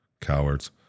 cowards